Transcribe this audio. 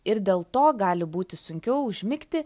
ir dėl to gali būti sunkiau užmigti